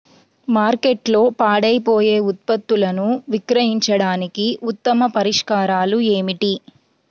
మార్కెట్లో పాడైపోయే ఉత్పత్తులను విక్రయించడానికి ఉత్తమ పరిష్కారాలు ఏమిటి?